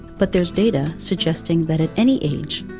but there's data suggesting that at any age,